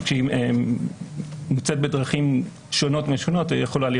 כשהיא יוצאת בדרכים שונות ומשונות היא צריכה להיות